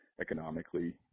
economically